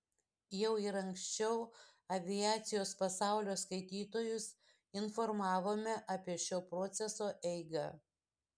jau ir anksčiau aviacijos pasaulio skaitytojus informavome apie šio proceso eigą